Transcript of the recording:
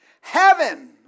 Heaven